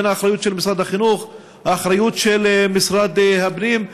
בין האחריות של משרד החינוך לאחריות של משרד הפנים,